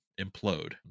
implode